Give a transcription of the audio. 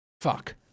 Fuck